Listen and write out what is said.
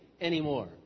anymore